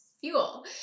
fuel